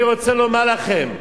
אני רוצה לומר לכם,